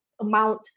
amount